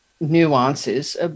nuances